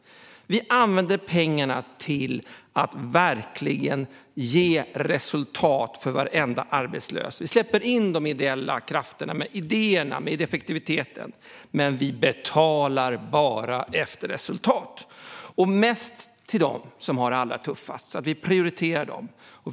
Vi använder pengarna till att verkligen få resultat för varje arbetslös. Vi släpper in de ideella krafterna med idéerna och effektiviteten, men vi betalar bara efter resultat - och mest till dem som har det allra tuffast. Vi prioriterar alltså dem.